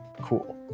cool